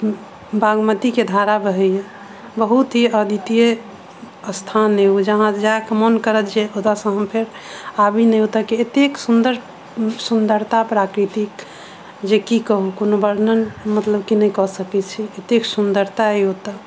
बागमती के धारा बहैया बहुत ही अद्वितीय स्थान अछि ओ जहाँ जायके मोन करत जे ओतऽ सँ अहाँ आबि नहि ओते के एतेक सुन्दर सुन्दरता प्राकृतिक जे की कहू कोनो वर्णन मतलब की नहि कऽ सकै छी एतेक सुन्दरता अछि ओतऽ